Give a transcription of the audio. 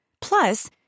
Plus